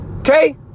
Okay